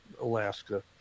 Alaska